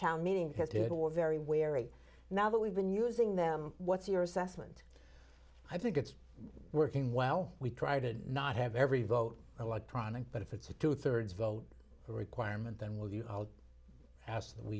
town meeting his kid or very wary now that we've been using them what's your assessment i think it's working well we try to not have every vote electronic but if it's a two thirds vote requirement then will you i'll ask that we